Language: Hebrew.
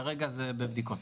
כרגע זה בבדיקות.